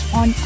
on